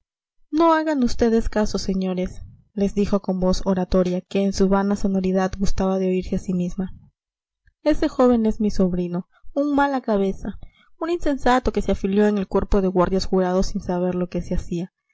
no hagan vds caso señores les dijo con voz oratoria que en su vana sonoridad gustaba de oírse a sí misma ese joven es mi sobrino un mala cabeza un insensato que se afilió en el cuerpo de guardias jurados sin saber lo que se hacía